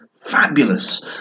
fabulous